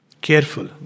Careful